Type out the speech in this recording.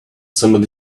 somebody